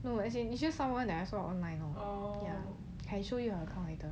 no as in you she is just someone I saw online lor can show you her photos later